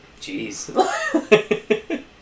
Jeez